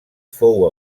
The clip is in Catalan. fou